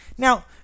Now